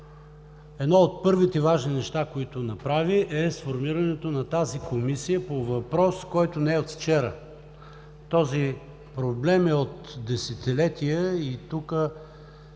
Едно от първите важни неща, които направи, е сформирането на тази Комисия по въпрос, който не е от вчера. Този проблем е от десетилетия и тук